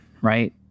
right